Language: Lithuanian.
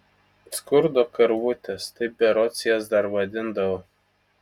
skurdo karvutės taip berods jas dar vadindavo